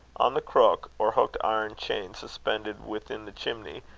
on the crook, or hooked iron-chain suspended within the chimney,